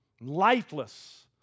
lifeless